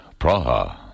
Praha